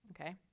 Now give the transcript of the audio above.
okay